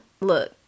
look